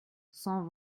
cent